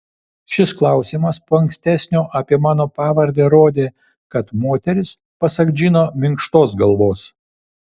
šis klausimas po ankstesnio apie mano pavardę rodė kad moteris pasak džino minkštos galvos